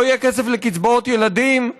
לא יהיה כסף לקצבאות ילדים.